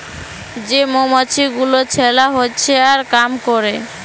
যে মমাছি গুলা ছেলা হচ্যে আর কাম ক্যরে